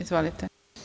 Izvolite.